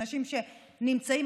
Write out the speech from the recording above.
אנשים שנמצאים,